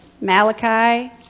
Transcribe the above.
Malachi